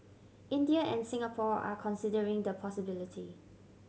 India and Singapore are considering the possibility